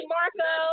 Marco